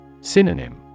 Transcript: Synonym